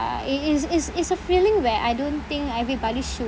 uh it it's it's it's a feeling where I don't think everybody should